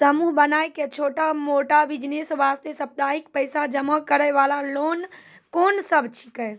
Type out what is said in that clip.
समूह बनाय के छोटा मोटा बिज़नेस वास्ते साप्ताहिक पैसा जमा करे वाला लोन कोंन सब छीके?